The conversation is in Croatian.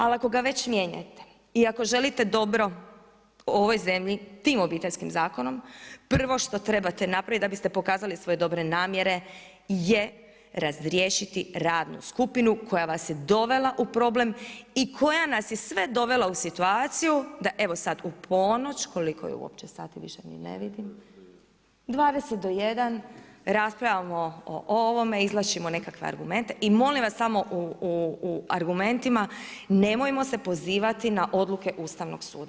Ali ako ga već mijenjate i ako želite dobro ovoj zemlji tim Obiteljskim zakonom, prvo što trebate napraviti da biste pokazali svoje dobre namjere je razriješiti radnu skupinu koja vas je dovela u problem i koja nas je sve dovela u situaciju da evo sada u ponoć, koliko je uopće sati više ne vidim dvadeset do jedan, raspravljamo o ovome, izvlačimo nekakve argumente i molim vas samo u argumentima nemojmo se pozivati na odluke Ustavnog suda.